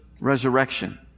resurrection